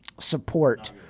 support